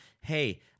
Hey